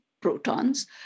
protons